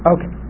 Okay